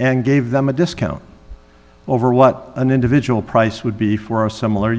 and gave them a discount over what an individual price would be for a similar